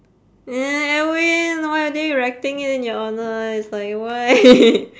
eh edwin why are they erecting it in your honour it's like why